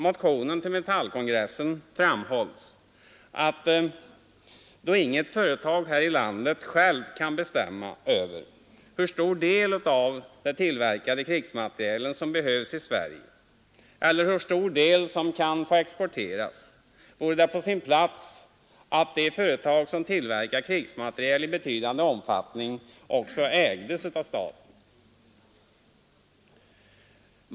Vidare framhålls att då inget företag här i landet självt kan bestämma över hur stor del av den tillverkade krigsmaterielen som behövs i Sverige eller hur stor del som kan få exporteras, vore det på sin plats att de företag som tillverkar krigsmateriel i betydande omfattning också ägdes av staten.